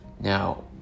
Now